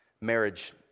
Marriage